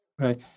Right